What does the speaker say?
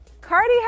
Cardi